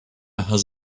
has